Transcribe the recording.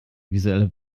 visuelle